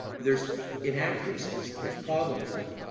there's inaccuracy, there's problems there.